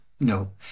No